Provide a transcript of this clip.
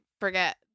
forget